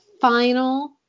final